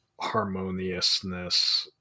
harmoniousness